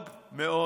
מאוד מאוד